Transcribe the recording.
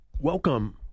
Welcome